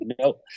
Nope